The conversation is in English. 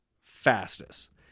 fastest